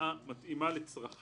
בהסעה מתאימה לצרכיו